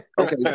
okay